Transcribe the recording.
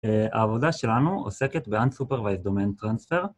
העבודה שלנו עוסקת ב-Unsupervised Domain Transfer